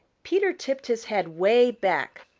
peter tipped his head way back.